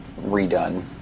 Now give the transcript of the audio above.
redone